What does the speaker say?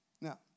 Now